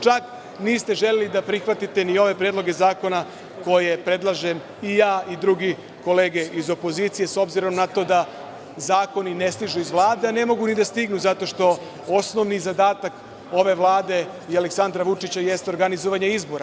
Čak niste želeli da prihvatite ni ove predloge zakona koje predlažem ja i druge kolege iz opozicije, s obzirom na to da zakoni ne stižu iz Vlade, a ne mogu ni da stignu zato što je osnovni zadatak ove Vlade i Aleksandra Vučića jeste organizovanje izbora.